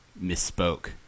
misspoke